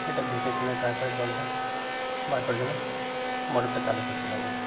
সেটা দেখে শুনে তারপরে জলটা বার করার জন্য মটরটা চালু করতে হবে